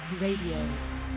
Radio